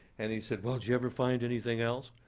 and he said, well, did you ever find anything else?